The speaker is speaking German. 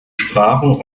sprachen